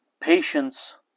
patience